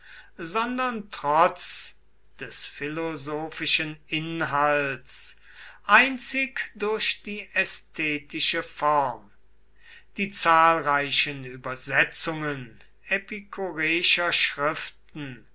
sondern trotz des philosophischen inhalts einzig durch die ästhetische form die zahlreichen übersetzungen epikureischer schriften